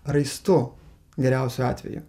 raistu geriausiu atveju